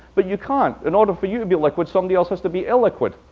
but you can't in order for you to be liquid, somebody else has to be illiquid.